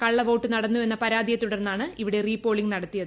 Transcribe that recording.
കള്ളവോട്ട് നടന്നുവെന്ന പരാതിയെ തുടർന്നാണ് ഇവിടെ റീപോളിംഗ് നടത്തിയത്